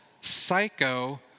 psycho